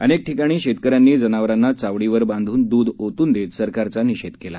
अनेक ठिकाणी शेतकऱ्यांनी जनावरांना चावडीवर बांधून दूध ओतून देत सरकारचा निषेध करण्यात आला